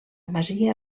masia